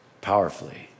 powerfully